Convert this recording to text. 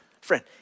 Friend